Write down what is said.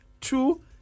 Two